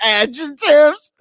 adjectives